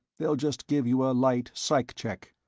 they'll just give you a light psych-check.